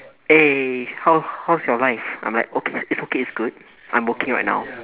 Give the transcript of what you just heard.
eh how how's your life I'm like okay it's okay it's good I'm working right now